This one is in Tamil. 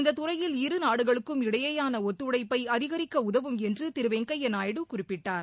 இந்த துறையில் இருநாடுகளுக்கும் இடையேயான ஒத்துழைப்பை அதிகரிக்க உதவும் என்று திரு வெங்கைப்யா நாயுடு குறிப்பிட்டார்